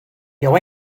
you